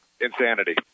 insanity